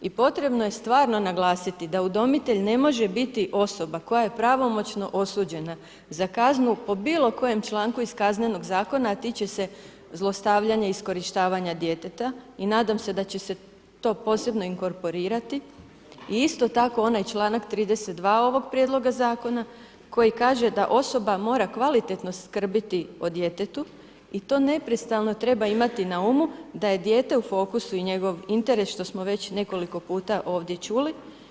I potrebno je stvarno naglasiti da udomitelj ne može biti osoba koja je pravomoćno osuđena za kaznu po bilokojem članku iz Kaznenog zakona, a tiče se zlostavljanja i iskorištavanja djeteta i nadam se da će to posebno inkorporirati i isto tako onaj članak 32. ovog prijedlog zakona koji kaže da osoba mora kvalitetno skrbiti o djetetu i to neprestano treba imati na umu da je dijete u fokusu i njegov interes što smo već nekoliko puta ovdje čuli.